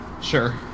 Sure